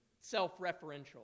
self-referential